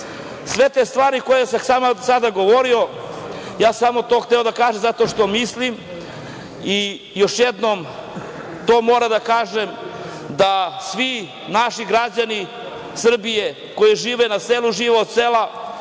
te stvari koje sam sada govorio, ja sam samo to hteo da kažem zato što mislim i još jednom to moram da kažem, da svi naši građani Srbije, koji žive na selu, žive od sela,